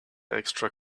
extra